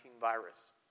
virus